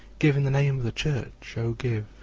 give in the name of the church. o give,